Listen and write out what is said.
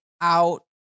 out